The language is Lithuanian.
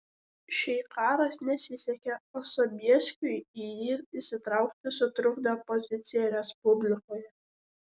šiai karas nesisekė o sobieskiui į jį įsitraukti sutrukdė opozicija respublikoje